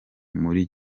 muri